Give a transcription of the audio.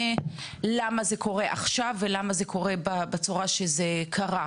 למה זה קורה עכשיו ולמה זה קורה בצורה שבה זה קרה?